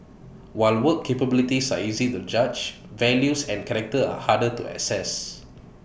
while work capabilities are easy to judge values and character are harder to assess